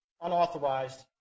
unauthorized